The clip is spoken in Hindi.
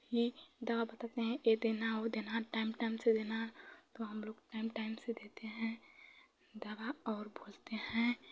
ही दवा बताते हैं यह देना वह देना टाइम टाइम से देना तो हमलोग टाइम टाइम से देते हैं दवा और बोलते हैं